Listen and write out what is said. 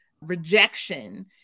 rejection